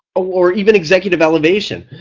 ah or even executive elevation.